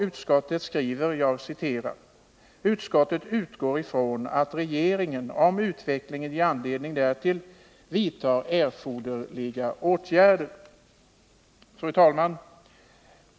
Utskottet skriver: ”Utskottet utgår från att regeringen, om utvecklingen ger anledning därtill, vidtar erforderliga åtgärder”. Fru talman!